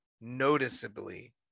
noticeably